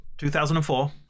2004